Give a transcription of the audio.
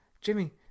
Jimmy